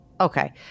Okay